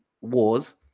wars